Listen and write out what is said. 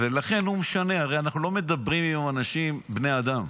ולכן לא משנה הרי אנחנו לא מדברים עם אנשים בני אדם.